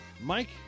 Mike